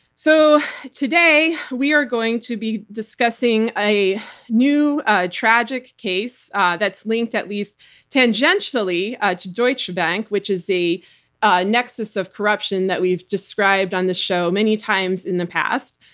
so today, we are are going to be discussing a new tragic case that's linked at least tangentially ah to deutsche bank, which is a a nexus of corruption that we've described on the show many times in the past.